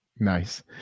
Nice